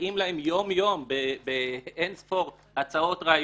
מסייעים להם יום יום באין ספור הצעות, רעיונות,